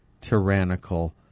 tyrannical